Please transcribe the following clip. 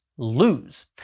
Lose